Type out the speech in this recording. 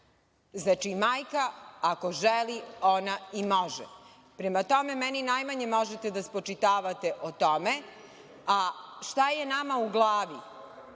Znači, majka, ako želi, ona i može. Prema tome, meni najmanje možete da spočitavate o tome. Šta je nama u glavi,